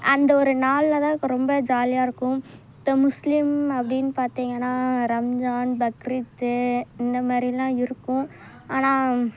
அந்தவொரு நாளில்தான் இப்போ ரொம்ப ஜாலியாகருக்கும் இப்போ முஸ்லீம் அப்படின்னு பார்த்திங்கன்னா ரம்ஜான் பக்ரீத் இந்தமாதிரிலாம் இருக்கும் ஆனால்